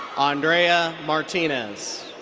andrea martinez.